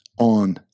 on